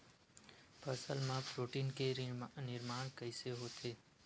फसल मा प्रोटीन के निर्माण कइसे होथे?